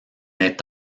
est